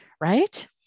right